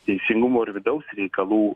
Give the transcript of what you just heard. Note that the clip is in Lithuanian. teisingumo ir vidaus reikalų